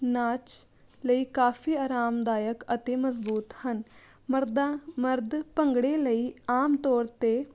ਨਾਚ ਲਈ ਕਾਫੀ ਆਰਾਮਦਾਇਕ ਅਤੇ ਮਜ਼ਬੂਤ ਹਨ ਮਰਦਾਂ ਮਰਦ ਭੰਗੜੇ ਲਈ ਆਮ ਤੌਰ 'ਤੇ